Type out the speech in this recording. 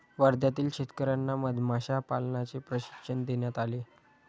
वर्ध्यातील शेतकर्यांना मधमाशा पालनाचे प्रशिक्षण देण्यात आले